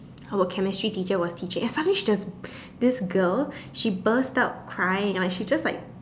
our chemistry teacher was teaching and suddenly she just this girl she burst out crying she just like